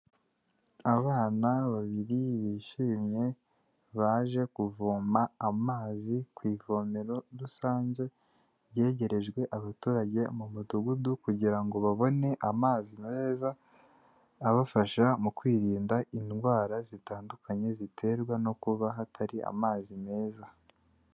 Abana babiri bishimye baje kuvoma amazi ku ivomero rusange, ryegerejwe abaturage mu mudugudu kugira ngo babone amazi meza abafasha mu kwirinda indwara zitandukanye ziterwa no kuba hatari amazi meza.